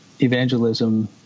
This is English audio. evangelism